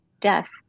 death